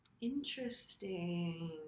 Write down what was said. interesting